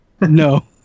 No